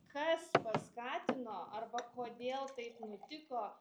kas paskatino arba kodėl taip nutiko